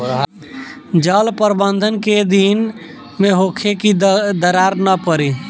जल प्रबंधन केय दिन में होखे कि दरार न पड़ी?